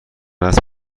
است